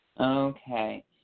Okay